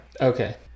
okay